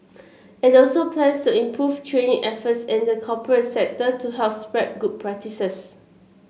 it also plans to improve training efforts in the corporate sector to help spread good practices